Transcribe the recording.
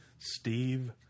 Steve